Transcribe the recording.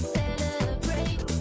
celebrate